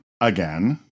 again